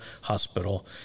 Hospital